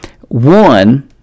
One